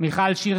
מיכל שיר